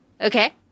okay